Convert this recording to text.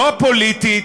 לא הפוליטית,